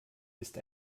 ist